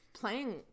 playing